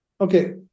okay